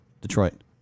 Detroit